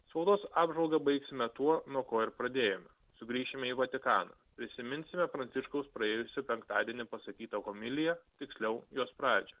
spaudos apžvalgą baigsime tuo nuo ko ir pradėjome sugrįšime į vatikaną prisiminsime pranciškaus praėjusį penktadienį pasakytą homiliją tiksliau jos pradžią